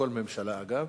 כל ממשלה אגב.